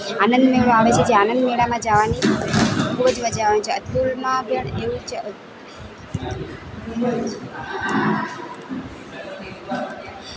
આનંદ મેળો આવે છે જે આનંદ મેળામાં જવાની ખૂબ જ મજા આવે છે અતુલમાં અભયારણ્ય એવું જ છે